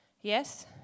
Yes